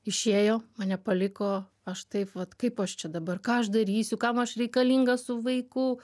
išėjo mane paliko aš taip vat kaip aš čia dabar ką aš darysiu kam aš reikalinga su vaiku